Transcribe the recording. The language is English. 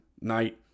night